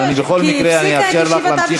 אבל אני בכל מקרה אאפשר לך להמשיך לדבר.